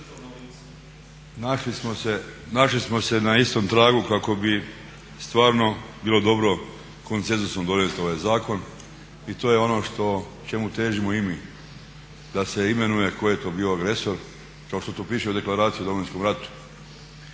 našli smo se na istom tragu kako bi stvarno bilo dobro konsenzusom donijeti ovaj zakon i to je ono čemu težimo i mi da se imenuje tko je to bio agresor, kao što to piše u Deklaraciji o Domovinskom ratu.